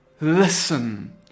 listen